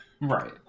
Right